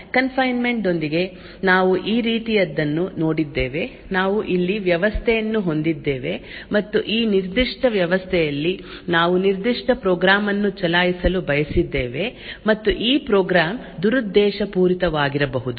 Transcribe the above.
ಆದ್ದರಿಂದ confinement ದೊಂದಿಗೆ ನಾವು ಈ ರೀತಿಯದ್ದನ್ನು ನೋಡಿದ್ದೇವೆ ನಾವು ಇಲ್ಲಿ ವ್ಯವಸ್ಥೆಯನ್ನು ಹೊಂದಿದ್ದೇವೆ ಮತ್ತು ಈ ನಿರ್ದಿಷ್ಟ ವ್ಯವಸ್ಥೆಯಲ್ಲಿ ನಾವು ನಿರ್ದಿಷ್ಟ ಪ್ರೋಗ್ರಾಂ ಅನ್ನು ಚಲಾಯಿಸಲು ಬಯಸಿದ್ದೇವೆ ಮತ್ತು ಈ ಪ್ರೋಗ್ರಾಂ ದುರುದ್ದೇಶಪೂರಿತವಾಗಿರಬಹುದು